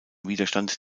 widerstand